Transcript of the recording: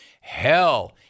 Hell